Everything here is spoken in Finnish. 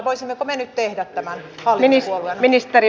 voisimmeko me nyt tehdä tämän hallituspuolueena